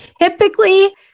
Typically